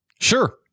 Sure